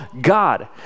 God